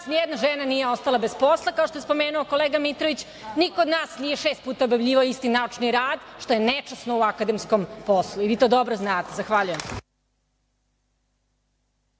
nijedna žena nije ostala bez posla, kao što je spomenuo kolega Mitrović, niko od nas nije šest puta objavljivao isti naučni rad, što je nečasno u akademskom poslu i to dobro znate. Hvala.